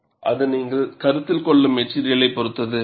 அது நீங்கள் கருத்தில் கொள்ளும் மெட்டிரியலை பொறுத்தது